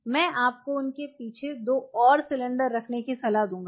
मैं आपको उनके पीछे दो और स्टैंडबाई रखने की सलाह दूंगा